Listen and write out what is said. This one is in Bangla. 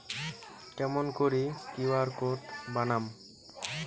কেমন করি কিউ.আর কোড বানাম?